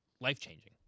life-changing